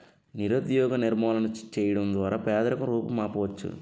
నిరుద్యోగ నిర్మూలన చేయడం ద్వారా పేదరికం రూపుమాపవచ్చు